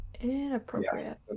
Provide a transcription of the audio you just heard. Inappropriate